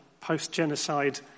post-genocide